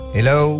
Hello